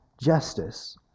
justice